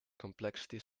complexity